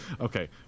Okay